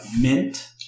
mint